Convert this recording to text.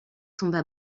tomba